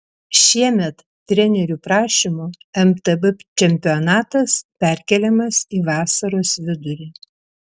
šiemet trenerių prašymų mtb čempionatas perkeliamas į vasaros vidurį